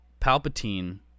Palpatine